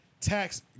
Tax